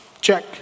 Check